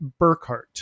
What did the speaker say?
burkhart